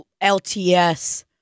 LTS